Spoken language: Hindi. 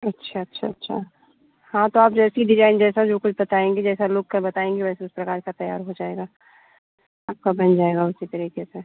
अच्छा अच्छा अच्छा हाँ तो आप जैसी डिजाइन जैसा जो कुछ बताएँगी जैसा लुक में बताएँगी वैसे उस प्रकार का तैयार हो जाएगा आपका बन जाएगा उसी तरीके से